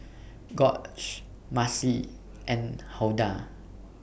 Gorge Marci and Hulda